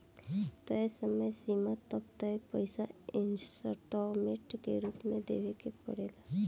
तय समय सीमा तक तय पइसा इंस्टॉलमेंट के रूप में देवे के पड़ेला